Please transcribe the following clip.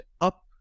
up